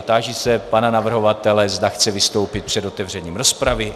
Táži se pana navrhovatele, zda chce vystoupit před otevřením rozpravy.